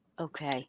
Okay